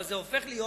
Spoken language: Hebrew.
זה הופך להיות